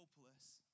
hopeless